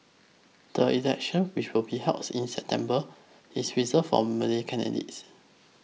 the election which will be held in September is reserved for Malay candidates